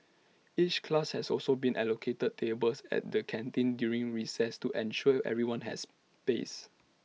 each class has also been allocated tables at the canteen during recess to ensure everyone has space